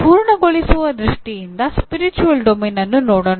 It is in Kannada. ಪೂರ್ಣಗೊಳಿಸುವ ದೃಷ್ಟಿಯಿಂದ ಸ್ಪಿರಿಚುವಲ್ ಡೊಮೇನ್ ಅನ್ನು ನೋಡೋಣ